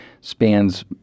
spans